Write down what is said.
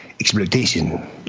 Exploitation